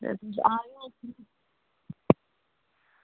ते आयो भी